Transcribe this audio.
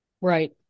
Right